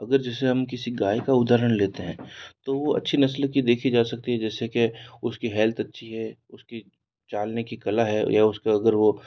अगर हम किसी गाय का उदाहरण लेते हैं तो वह अच्छी नस्ल की देखी जा सकती है जैसे कि उसकी हेल्थ अच्छी उसकी चालने की कला है या उसका अगर वह